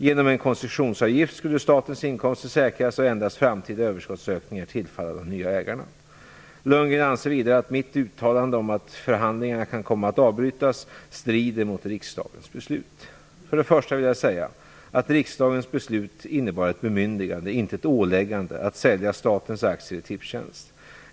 Genom en koncessionsavgift skulle statens inkomster säkras och endast framtida överskottsökningar tillfalla de nya ägarna. Bo Lundgren anser vidare att mitt uttalande om att förhandlingarna kan komma att avbrytas strider mot riksdagens beslut. Riksdagens beslut innebar ett bemyndigande, inte ett åläggande, att sälja statens aktier i Tipstjänst.